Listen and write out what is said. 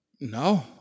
No